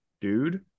dude